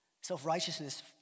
Self-righteousness